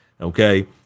Okay